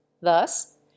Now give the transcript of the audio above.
Thus